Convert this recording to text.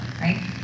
right